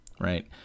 right